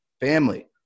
family